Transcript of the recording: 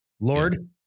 Lord